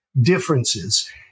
differences